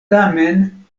tamen